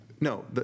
No